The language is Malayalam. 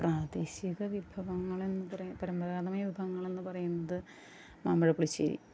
പ്രാദേശിക വിഭവങ്ങളെന്ന് പറഞ്ഞാൽ പരമ്പരാഗതമായ വിഭവങ്ങളെന്ന് പറയുന്നത് മാമ്പഴപ്പുളിശ്ശേരി